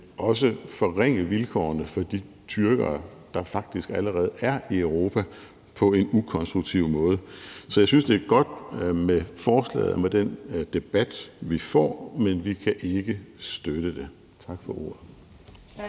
også forringe vilkårene for de tyrkere, der faktisk allerede er i Europa, på en ukonstruktiv måde. Så jeg synes, det er godt med forslaget og med den debat, vi får, men vi kan ikke støtte det. Tak for ordet.